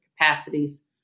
capacities